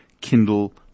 Kindle